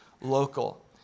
local